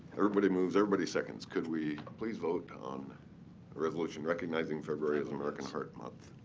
everybody moves, everybody seconds. could we please vote on a resolution recognizing february as american heart month?